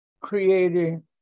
Creating